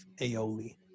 aioli